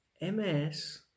MS